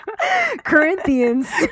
Corinthians